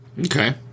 Okay